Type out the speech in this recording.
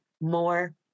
more